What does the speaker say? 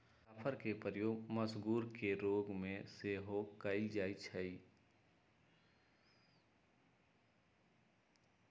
जाफरके प्रयोग मसगुर के रोग में सेहो कयल जाइ छइ